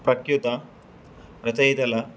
ప్రఖ్యాత రచయితల